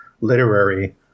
literary